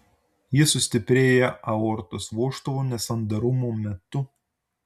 ji sustiprėja aortos vožtuvų nesandarumo metu